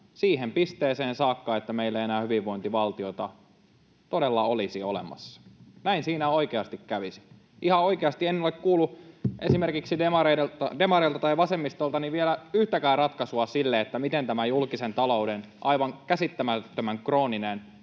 siihen pisteeseen saakka, että meillä ei enää hyvinvointivaltiota todella olisi olemassa. Näin siinä oikeasti kävisi. Ihan oikeasti en ole kuullut esimerkiksi demareilta tai vasemmistolta vielä yhtäkään ratkaisua sille, miten tämä julkisen talouden aivan käsittämättömän krooninen